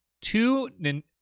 two